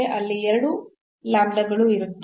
ಅಲ್ಲಿ ಎರಡು ಇರುತ್ತದೆ